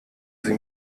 sie